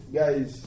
guys